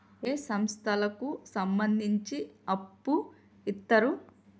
ఏ సంస్థలకు సంబంధించి అప్పు ఇత్తరు?